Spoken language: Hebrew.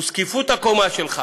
וזקיפות הקומה שלך